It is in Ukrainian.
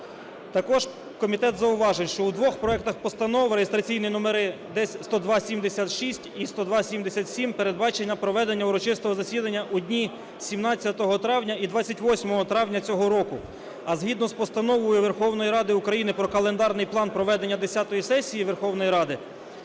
Також комітет зауважив, що у двох проектах постанов (реєстраційні номери 10270-6 і 10270-7) передбачено проведення урочистого засідання у дні 17 травня і 28 травня цього року. А, згідно з Постановою Верховної Ради України "Про Календарний план проведення десятої сесії Верховної Ради"